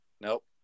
Nope